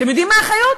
אתם יודעים מה האחריות?